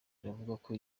iravuga